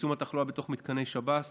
צמצום התחלואה בתוך מתקני שב"ס